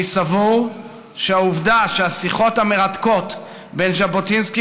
אני סבור שהעובדה שהשיחות המרתקות בין ז'בוטינסקי